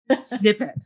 snippet